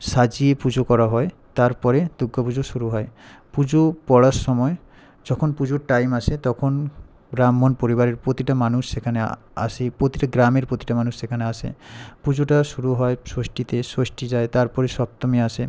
সাজিয়ে পুজো করা হয় তারপরে দূর্গা পুজো শুরু হয় পুজো পড়ার সময় যখন পুজোর টাইম আসে তখন ব্রাহ্মণ পরিবারের প্রতিটা মানুষ সেখানে আসে প্রতিটা গ্রামের প্রতিটা মানুষ সেখানে আসে পুজোটা শুরু হয় ষষ্টীতে ষষ্টী যায় তারপরে সপ্তমী আসে